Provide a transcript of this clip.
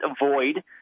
avoid